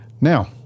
Now